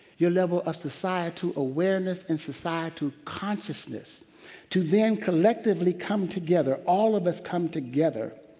your level of societal awareness and societal consciousness to then collectively come together, all of us come together,